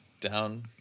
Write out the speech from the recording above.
down